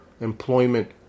employment